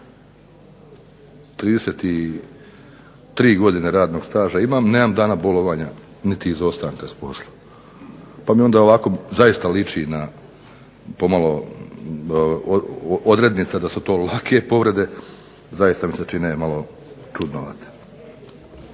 33 godine radnog staža imam, nemam dana bolovanja niti izostanka s posla pa mi onda ovako zaista liči na pomalo odrednica da su to lake povrede zaista mi se čine malo čudnovate.